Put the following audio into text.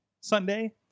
Sunday